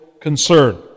concern